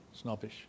snobbish